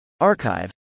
Archive